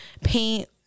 paint